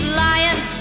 lying